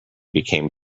became